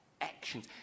Actions